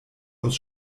aus